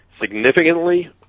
significantly